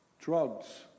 drugs